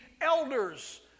elders